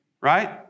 right